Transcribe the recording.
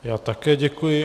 Já také děkuji.